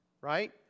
right